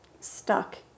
stuck